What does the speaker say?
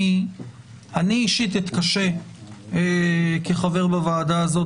אני אישית כחבר בוועדה הזאת,